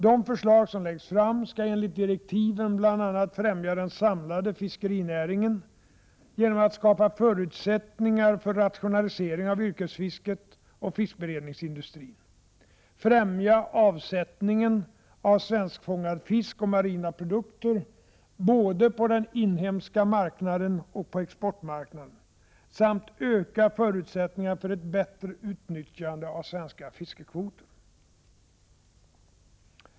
De förslag som läggs fram skall, enligt direktiven, bl.a. främja den samlade fiskerinäringen genom att skapa förutsättningar för rationalisering av yrkesfisket och fiskberedningsindustrin, främja avsättningen av svenskfångad fisk och marina produkter både på den inhemska marknaden och på exportmarknaden, samt öka förutsättningarna för ett bättre utnyttjande av svenska fiskekvoter.